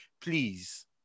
please